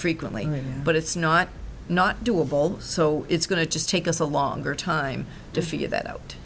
frequently but it's not not doable so it's going to just take us a longer time to figure that out